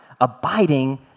abiding